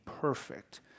perfect